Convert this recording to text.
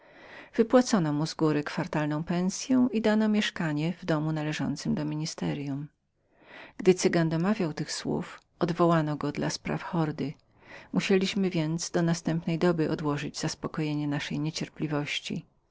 pensyę za cztery miesiące i dano mieszkanie w domu przyległym do ministeryum gdy cygan domawiał tych słów odwołano go dla spraw hordy musieliśmy więc do następnej doby odłożyć zaspokojenie naszej niecierpliwości